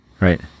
Right